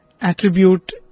attribute